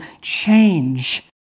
change